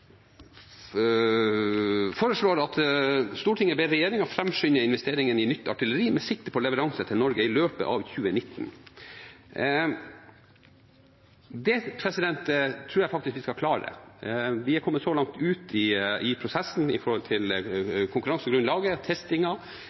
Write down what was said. foreslår at Stortinget ber regjeringen framskynde investeringen i nytt artilleri, med sikte på leveranse til Norge i løpet av 2019. Det tror jeg faktisk vi skal klare. Vi har kommet så langt uti prosessen med konkurransegrunnlaget, testingen og valg av leverandør at det ser ut